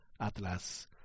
Atlas